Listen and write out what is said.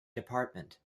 department